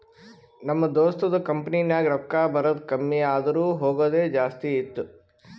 ನಮ್ ದೋಸ್ತದು ಕಂಪನಿನಾಗ್ ರೊಕ್ಕಾ ಬರದ್ ಕಮ್ಮಿ ಆದೂರ್ ಹೋಗದೆ ಜಾಸ್ತಿ ಇತ್ತು